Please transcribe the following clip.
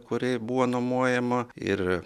kuri buvo nuomojama ir